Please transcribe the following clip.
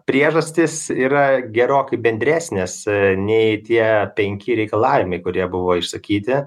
priežastys yra gerokai bendresnėse nei tie penki reikalavimai kurie buvo išsakyti